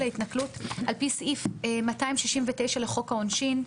ההתנכלות: על-פי סעיף 269 לחוק העונשין,